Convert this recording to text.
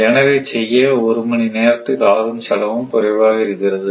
generate செய்ய ஒரு மணி நேரத்திற்கு ஆகும் செலவும் குறைவாக இருக்கிறது